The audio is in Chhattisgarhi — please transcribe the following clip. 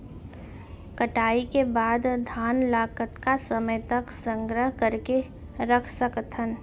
कटाई के बाद धान ला कतका समय तक संग्रह करके रख सकथन?